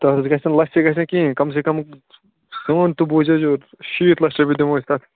تتھ حظ گژھِ نہٕ لَچھ تہِ گَژھِ نہ کِہیٖنۍ کَم سے کَم سون تہِ بوٗزِو شیٖتھ لچھ رۄپیہِ دِمو أسۍ تتھ